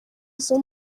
izo